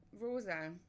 Rosa